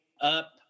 up